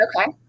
Okay